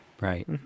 Right